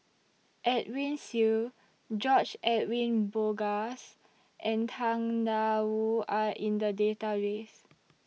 Edwin Siew George Edwin Bogaars and Tang DA Wu Are in The Database